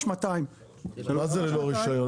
3,200. מה זה ללא רישיון?